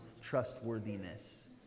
trustworthiness